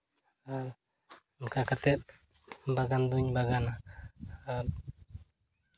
ᱟᱨ ᱚᱱᱠᱟ ᱠᱟᱛᱮ ᱵᱟᱜᱟᱱ ᱫᱩᱧ ᱵᱟᱜᱟᱱᱟ ᱟᱨ